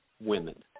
women